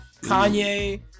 Kanye